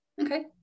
Okay